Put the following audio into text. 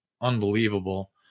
Unbelievable